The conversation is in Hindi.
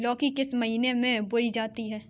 लौकी किस महीने में बोई जाती है?